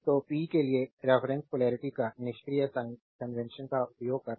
तो पी के लिए रेफरेन्स पोलेरिटी या निष्क्रिय साइन कन्वेंशन का उपयोग करना